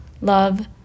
love